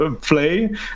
play